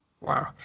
Wow